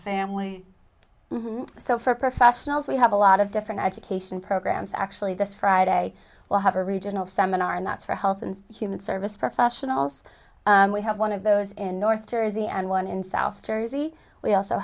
family so for professionals we have a lot of different education programs actually this friday will have a regional seminar and that's for health and human service professionals we have one of those in north jersey and one in south jersey we also